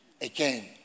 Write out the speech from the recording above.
again